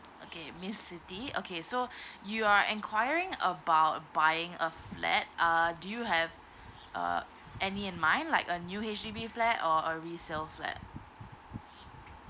okay miss siti okay so you are enquiring about buying a flat uh do you have uh any in mind like a new H_D_B flat or a resale flat